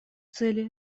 цели